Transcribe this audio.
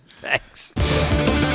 Thanks